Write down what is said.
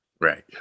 right